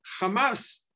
Hamas